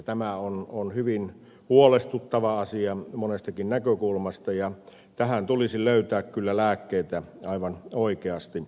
tämä on hyvin huolestuttava asia monestakin näkökulmasta ja tähän tulisi löytää kyllä lääkkeitä aivan oikeasti